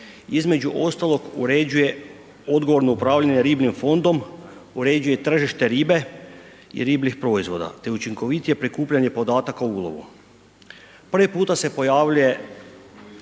Između ostalog uređuje odgovorno upravljanje ribljim fondom, uređuje tržište ribe i ribljih proizvoda te učinkovitije prikupljanje podataka o ulovu. Prvi puta se pojavljuje